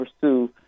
pursue